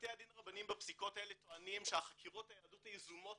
בתי הדין בפסיקות האלה טוענים שחקירות היהדות היזומות